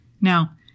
Now